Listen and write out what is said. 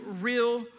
real